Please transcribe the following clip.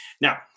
Now